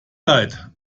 leid